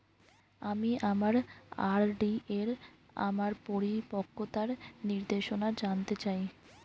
আমি আমার আর.ডি এর আমার পরিপক্কতার নির্দেশনা জানতে চাই